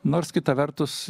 nors kitą vertus